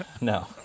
no